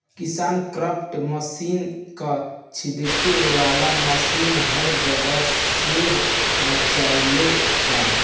KisanKraft machine क छिड़के वाला मशीन हर जगह शोर मचवले बा